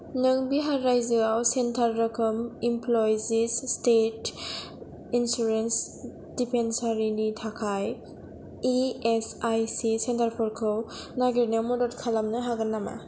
नों बिहार रायजोआव सेन्टार रोखोम इमप्ल'यिज स्टेट इन्सुरेन्स डिस्पेन्सेरिनि थाखाय इ एस आइ सि सेन्टारफोरखौ नागिरनायाव मदद खालामनो हागोन नामा